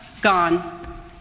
Gone